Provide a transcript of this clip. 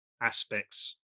aspects